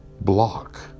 block